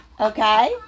Okay